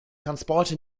transporte